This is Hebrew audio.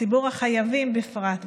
ציבור החייבים בפרט,